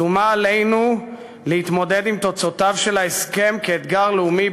שומה עלינו להתמודד עם תוצאותיו של ההסכם כאתגר לאומי,